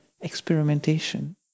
experimentation